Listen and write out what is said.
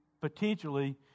potentially